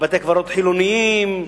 בתי-קברות חילוניים,